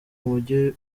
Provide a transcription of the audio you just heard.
mujyi